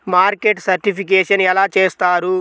Market certification ఎలా చేస్తారు?